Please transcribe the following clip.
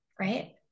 right